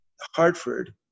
Hartford